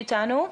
פאטמה כן נמצאת.